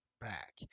back